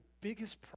biggest